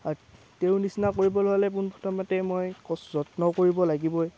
তেওঁৰ নিচিনা কৰিবলৈ হ'লে পোনপ্ৰথমে মই যত্ন কৰিব লাগিবই